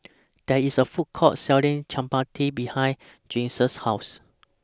There IS A Food Court Selling Chapati behind Giselle's House